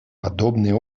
подобные